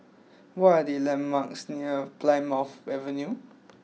what are the landmarks near Plymouth Avenue